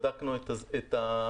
בדקנו את הישימות